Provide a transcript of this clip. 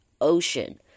ocean